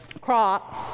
crop